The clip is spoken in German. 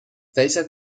welcher